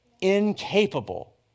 incapable